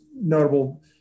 notable